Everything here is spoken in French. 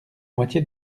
moitié